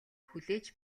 хүлээж